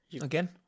Again